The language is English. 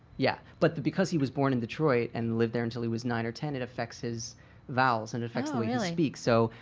yeah, but because he was born in detroit and lived there until he was nine or ten, it affects his vowels and it affects the way you speaks. so,